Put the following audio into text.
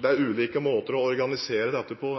Det er ulike måter å organisere dette på.